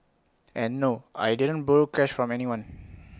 and no I didn't borrow cash from anyone